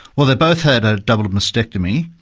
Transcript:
well, they both had a double mastectomy,